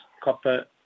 copper